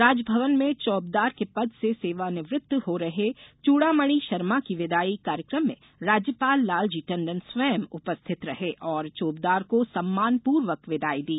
राजभवन में चोबदार के पद से सेवानिवृत्ति हो रहे चुडामणि शर्मा की विदाई कार्यक्रम में राज्यपाल लाल जी टंडन स्वयं उपस्थित रहे और चोबदार को सम्मानपूर्वक विदाई दी